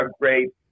great